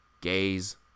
gays